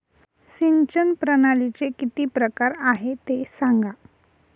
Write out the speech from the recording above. सिंचन प्रणालीचे किती प्रकार आहे ते सांगा